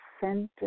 center